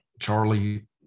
Charlie